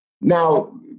Now